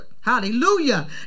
hallelujah